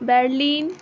Berlin